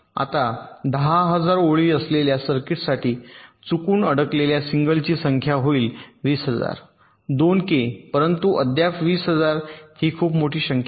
आता 10000 ओळी असलेल्या सर्किटसाठी चुकून अडकलेल्या सिंगलची संख्या होईल 20000 2 के परंतु अद्याप वीस हजार ही खूप मोठी संख्या आहे